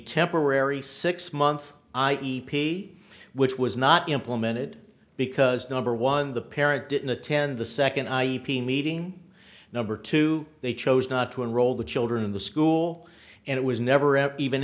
temporary six month i e p which was not implemented because number one the parent didn't attend the second i e p meeting number two they chose not to enroll the children in the school and it was never ever even